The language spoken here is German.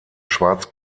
schwarz